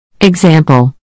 Example